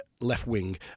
left-wing